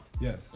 Yes